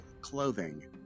clothing